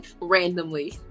Randomly